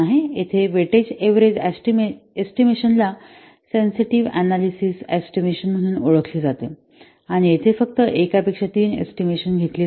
येथे weightage average estimation ला sensitive analysis estimation म्हणून ओळखले जाते आणि येथे फक्त एकापेक्षा तीन एस्टिमेशन घेतले जातात